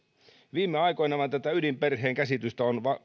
viime aikoina vain tätä ydinperheen käsitystä on